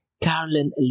Carolyn